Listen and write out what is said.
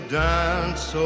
dance